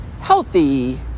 healthy